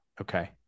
Okay